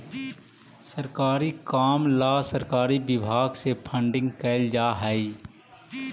सरकारी काम ला सरकारी विभाग से फंडिंग कैल जा हई